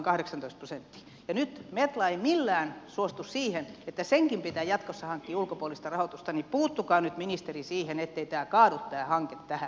nyt kun metla ei millään suostu siihen että senkin pitää jatkossa hankkia ulkopuolista rahoitusta niin puuttukaa nyt ministeri siihen ettei tämä hanke kaadu tähän